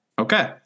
Okay